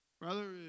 Brother